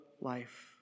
life